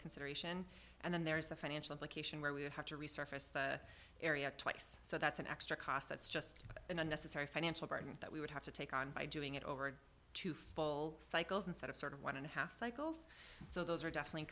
consideration and then there's the financial education where we would have to resurface the area twice so that's an extra cost that's just an unnecessary financial burden that we would have to take on by doing it over a two full cycles instead of sort of one and a half cycles so those are definitely